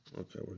Okay